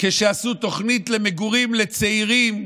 כשעשו תוכנית למגורים לצעירים,